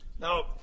Now